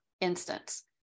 instance